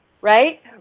Right